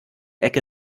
ecke